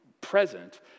present